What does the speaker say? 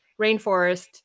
rainforest